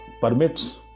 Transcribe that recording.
permits